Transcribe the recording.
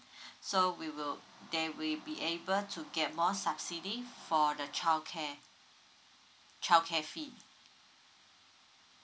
so we will they will be able to get more subsidy for the childcare childcare fee